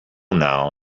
now